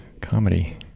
Comedy